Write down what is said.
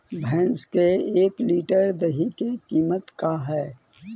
भैंस के एक लीटर दही के कीमत का है?